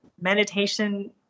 meditation